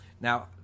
Now